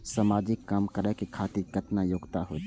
समाजिक काम करें खातिर केतना योग्यता होते?